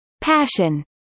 Passion